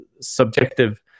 subjective